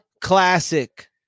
classic